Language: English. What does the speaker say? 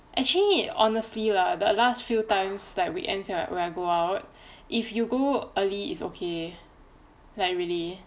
actually honestly lah the last few times like weekends when I go out if you go early is ok like really